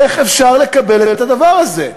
איך אפשר לקבל את הדבר הזה?